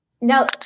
Now